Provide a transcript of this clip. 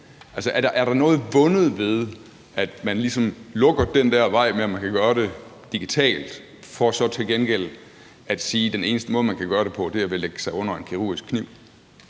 Er der noget vundet ved, at man ligesom lukker den der vej med, at man kan gøre det digitalt, for så til gengæld at sige, at den eneste måde, man kan gøre det på, er ved at lægge sig under en kirurgisk kniv?